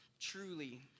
truly